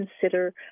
consider